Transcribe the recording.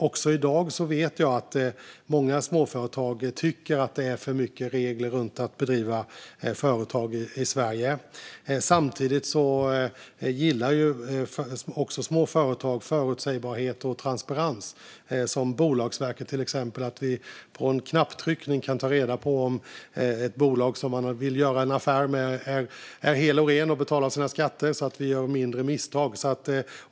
Också i dag vet jag att många småföretag tycker att det är för mycket regler för att bedriva företag i Sverige. Samtidigt gillar också små företag förutsägbarhet och transparens som hos till exempel Bolagsverket. Men en knapptryckning kan vi ta reda på om ett bolag som man vill göra en affär med är helt och rent och betalar sina skatter så att vi gör färre misstag.